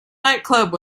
nightclub